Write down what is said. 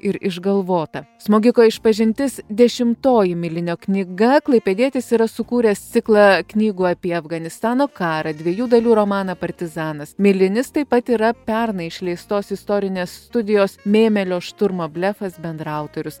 ir išgalvota smogiko išpažintis dešimtoji milinio knyga klaipėdietis yra sukūręs ciklą knygų apie afganistano karą dviejų dalių romaną partizanas milinis taip pat yra pernai išleistos istorinės studijos mėmėlio šturmo blefas bendraautorius